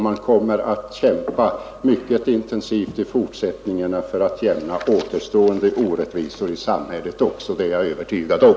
Man kommer att kämpa mycket intensivt i fortsättningen för att utjämna också återstående orättvisor i samhället. Det är jag övertygad om.